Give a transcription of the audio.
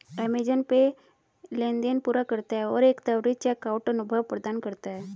Amazon पे लेनदेन पूरा करता है और एक त्वरित चेकआउट अनुभव प्रदान करता है